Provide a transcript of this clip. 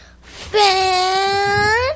fan